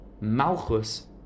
malchus